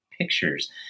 pictures